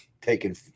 taking